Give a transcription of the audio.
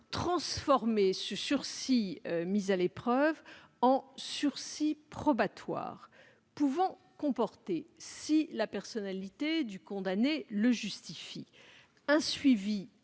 transformant le sursis avec mise à l'épreuve, ou SME, en sursis probatoire pouvant comporter, si la personnalité du condamné le justifie, un suivi